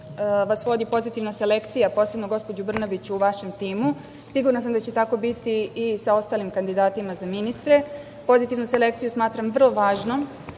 vas vodi pozitivna selekcija, posebno gospođo Brnabić u vašem timu. Sigurna sam da će tako biti i sa ostalim kandidatima za ministre. Pozitivnu selekciju smatram vrlo važnom